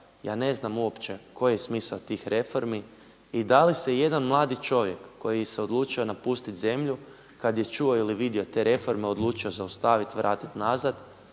ja ne znam uopće koji je smisao tih reformi i da li se jedan mladi čovjek koji se odlučio napustiti zemlju kada je čuo ili vidio te reforme odlučio zaustaviti, vratiti nazad?